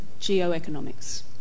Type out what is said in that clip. geoeconomics